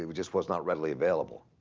ah but just was not readily available.